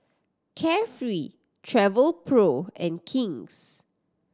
Carefree Travelpro and King's